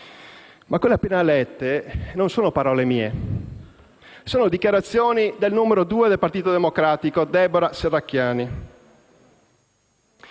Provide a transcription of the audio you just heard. ma quelle appena lette non sono parole mie. Sono dichiarazioni del numero due del Partito Democratico, Debora Serracchiani.